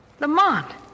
Lamont